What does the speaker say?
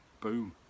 Boom